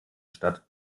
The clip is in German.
statt